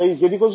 ছাত্র ছাত্রীঃ